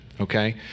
okay